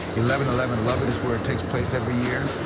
eleven eleven eleven is where it takes place every year.